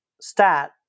stat